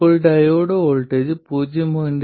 ഇപ്പോൾ diode voltage 0